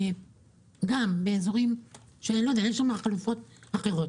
גם באזורים שאין בהם כרגע חלופות אחרות